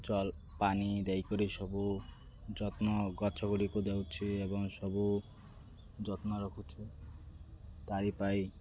ଜଲପାଣି ଦେଇକରି ସବୁ ଯତ୍ନ ଗଛ ଗୁଡ଼ିକୁ ଦେଉଛି ଏବଂ ସବୁ ଯତ୍ନ ରଖୁଛୁ ତା'ରି ପାଇଁ